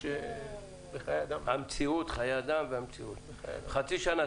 חיי אדם והמציאות חצי שנה.